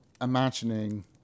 imagining